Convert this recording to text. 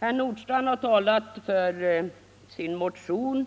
Herr Nordstrandh har här talat för sin motion